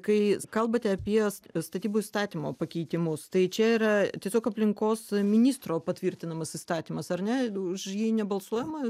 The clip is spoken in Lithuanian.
kai kalbate apie statybų įstatymo pakeitimus tai čia yra tiesiog aplinkos ministro patvirtinamas įstatymas ar ne už jį nebalsuojama